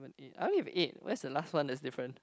eight I only have eight where's the last one that's different